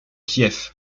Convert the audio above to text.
kiev